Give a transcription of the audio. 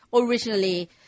originally